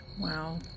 Wow